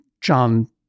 John